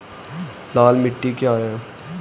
लाल मिट्टी क्या है?